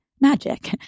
magic